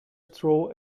straw